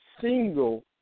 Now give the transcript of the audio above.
single